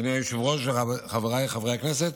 אדוני היושב-ראש וחבריי חברי הכנסת,